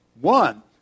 One